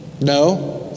no